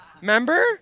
Remember